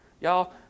Y'all